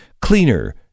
cleaner